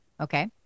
okay